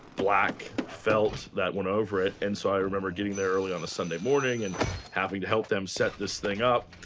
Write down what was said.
black felt that went over it. and so, i remember getting there early on a sunday morning and having to help them set this thing up.